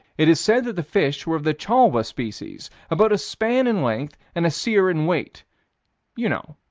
it is said that the fish were of the chalwa species, about a span in length and a seer in weight you know.